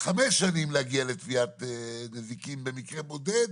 חמש שנים להגיע לתביעת נזיקין במקרה בודד,